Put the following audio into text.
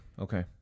Okay